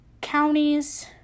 counties